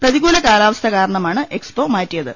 പ്രതികൂല കാലാവസ്ഥ കാരണമാണ് എക്സ്പോ മാറ്റിയത്